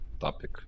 Topic